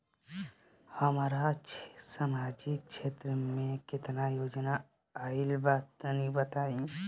हमरा समाजिक क्षेत्र में केतना योजना आइल बा तनि बताईं?